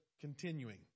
continuing